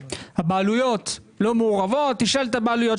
שהבעלויות לא מעורבות, תשאל את הבעלויות.